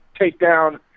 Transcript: takedown